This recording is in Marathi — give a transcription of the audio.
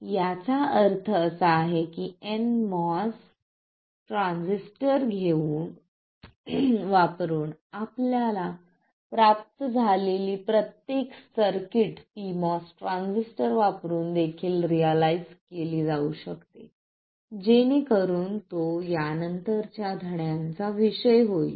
याचा अर्थ असा आहे की nMOS ट्रान्झिस्टर वापरुन आम्हाला प्राप्त झालेली प्रत्येक सर्किट pMOS ट्रान्झिस्टर वापरुन देखील रियलाईझ केली जाऊ शकते जेणेकरून तो यानंतरच्या धड्यांचा विषय होईल